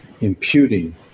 imputing